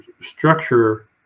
structure